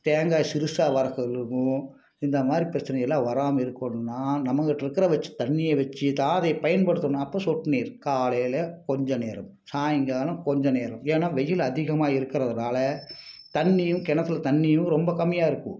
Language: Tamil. தேங்காய் சிறுசாக வரக்க விழுகும் இந்த மாதிரி பிரச்சனைலாம் வராமல் இருக்குணுன்னா நம்மக்கிட்டிருக்கிற வச்சி தண்ணியை வச்சிதான் அதை பயன்படுத்தணும் அப்போ சொட்டுநீர் காலையில் கொஞ்சம் நேரம் சாயங்காலம் கொஞ்சம் நேரம் ஏன்னா வெயில் அதிகமாக இருக்கிறதுனால தண்ணியும் கிணத்துல தண்ணியும் ரொம்ப கம்மியாக இருக்கும்